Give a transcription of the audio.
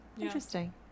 interesting